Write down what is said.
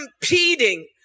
competing